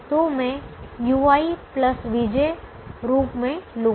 तो मैं ui vj रूप में लूंगा